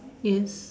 yes